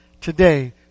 today